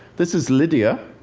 this is lydia.